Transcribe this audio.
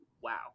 wow